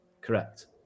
Correct